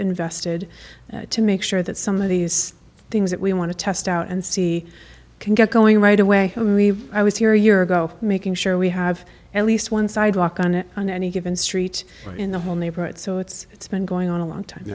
invested to make sure that some of these things that we want to test out and see can get going right away i was here a year ago making sure we have at least one sidewalk on it on any given streets in the whole neighborhood so it's it's been going on a long time